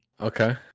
Okay